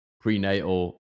prenatal